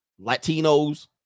Latinos